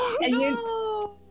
no